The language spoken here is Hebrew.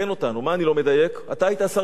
אתה היית השר לביטחון פנים אז.